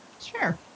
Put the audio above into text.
Sure